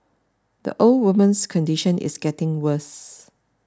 the old woman's condition is getting worse